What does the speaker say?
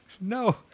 No